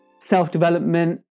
self-development